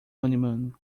honeymoon